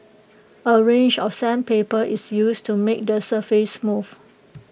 A range of sandpaper is used to make the surface smooth